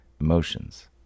emotions